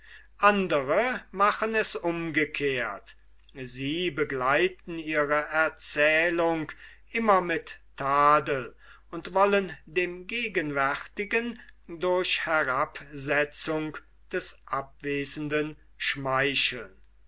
andre machen es umgekehrt sie begleiten ihre erzählung immer mit tadel und wollen dem gegenwärtigen durch herabsetzung des abwesenden schmeicheln